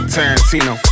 Tarantino